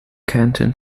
canton